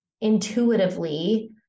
intuitively